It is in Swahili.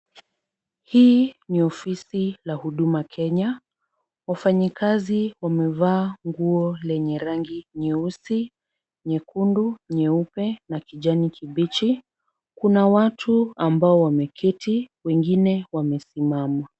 Hii ni ofisi la Huduma Kenya, wafanyikazi wamevaa nguo lenye rangi nyeusi, nyekundu, nyeupe na kijani kibichi. Kuna watu ambao wameketi, wengine wamesimama.